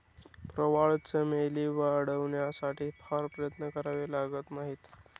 प्रवाळ चमेली वाढवण्यासाठी फार प्रयत्न करावे लागत नाहीत